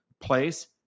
place